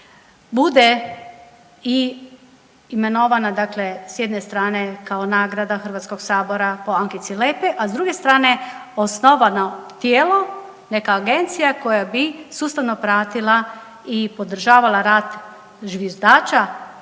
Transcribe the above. bude i imenovana, dakle s jedne strane kao nagrada Hrvatskog sabora po Ankici Lepej, a s druge strane osnovano tijelo, neka agencija koja bi sustavno pratila i podržavala rad zviždača